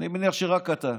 אני מניח שרק אתה.